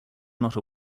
not